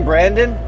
Brandon